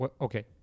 Okay